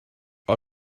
her